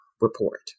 report